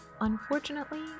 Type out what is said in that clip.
unfortunately